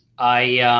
i